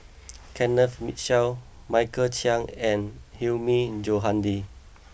Kenneth Mitchell Michael Chiang and Hilmi Johandi